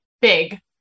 big